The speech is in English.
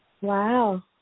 Wow